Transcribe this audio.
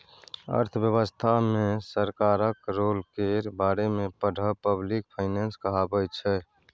अर्थव्यवस्था मे सरकारक रोल केर बारे मे पढ़ब पब्लिक फाइनेंस कहाबै छै